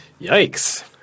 Yikes